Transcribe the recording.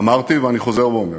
אמרתי, ואני חוזר ואומר: